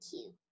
cute